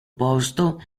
posto